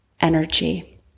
energy